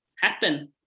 happen